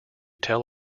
tell